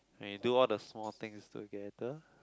when you do all the small things together